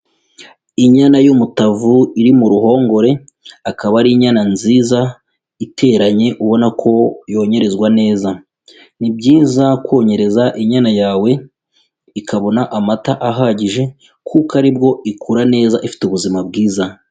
Inyana y'umutavu iri mu ruhongore, akaba ari inyana nziza iteranye ubona ko yonyerezwa neza, ni byiza konyereza inyana yawe ikabona amata ahagije kuko aribwo ikura neza ifite ubuzima bwiza.